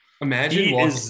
Imagine